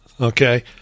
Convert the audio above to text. okay